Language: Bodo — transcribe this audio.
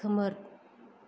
खोमोर